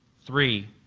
three,